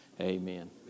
Amen